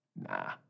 nah